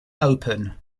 open